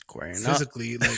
physically